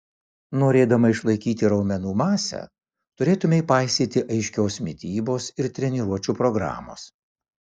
norėdama išlaikyti raumenų masę turėtumei paisyti aiškios mitybos ir treniruočių programos